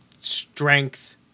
strength